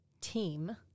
team